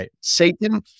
Satan